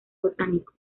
botánico